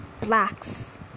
blacks